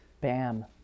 Bam